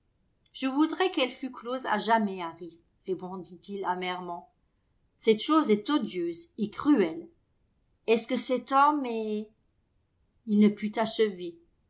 je voudrais qu elle fût close à jamais lïarry répondit-il amèrement cette chose est odieuse et cruelle est-ce que cet homme est il ne put